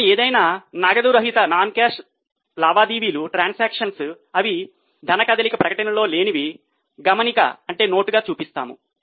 మనము ఏదైనా నగదు రహితగా చూపిస్తాము